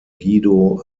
guido